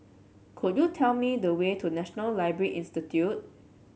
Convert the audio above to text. could you tell me the way to National Library Institute